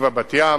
פתח-תקווה בת-ים,